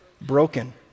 Broken